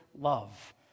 love